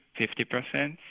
fifty percent,